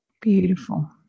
beautiful